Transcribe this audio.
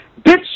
Bitch